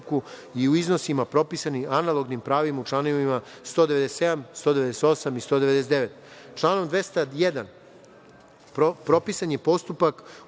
i u iznosima propisanim analognim pravima u članovima 197, 198. i 199.Članom 201. propisan je postupak